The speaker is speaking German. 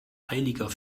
heiliger